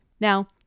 Now